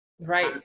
Right